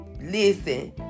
Listen